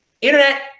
internet